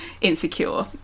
insecure